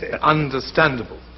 Understandable